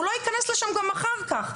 הוא לא ייכנס לשם גם אחר כך,